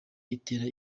itera